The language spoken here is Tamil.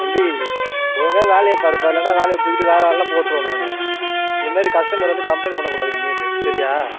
தம்பி ஒழுங்கா வேலையை பாருப்பா இல்லைன்னா வேலையை விட்டு தூக்கிட்டு வேறு ஆள்னா போட்டுருவேன் நான் இந்தமாரி கஸ்டமர் வந்து கம்பளைண்ட் பண்ணக்கூடாது இனிமேல்ட்டு சரியா